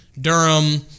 Durham